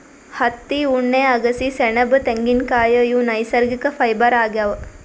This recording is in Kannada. ಹತ್ತಿ ಉಣ್ಣೆ ಅಗಸಿ ಸೆಣಬ್ ತೆಂಗಿನ್ಕಾಯ್ ಇವ್ ನೈಸರ್ಗಿಕ್ ಫೈಬರ್ ಆಗ್ಯಾವ್